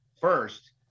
first